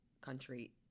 country